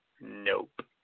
Nope